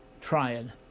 trying